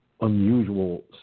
unusual